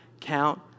count